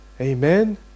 Amen